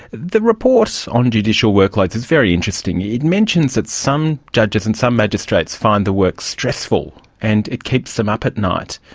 the report on judicial workloads is very interesting. it mentions that some judges and some magistrates find the work stressful and it keeps them up at night.